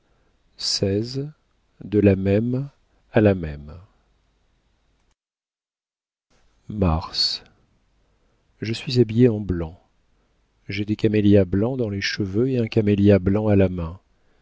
la même mars je suis habillée en blanc j'ai des camélias blancs dans les cheveux et un camélia blanc à la main